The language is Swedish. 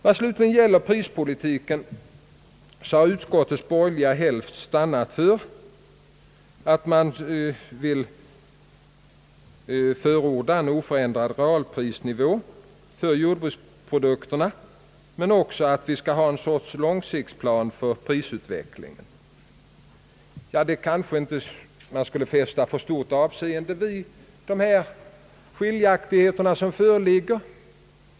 Beträffande prispolitiken har utskottets borgerliga hälft stannat för att förorda en oförändrad realprisnivå för jordbrukspriserna, men också menat att vi skulle upprätta ett slags långtidsplan för prisutvecklingen. Ja, man skulle kanske inte fästa för stort avseende vid de skiljaktigheter som föreligger.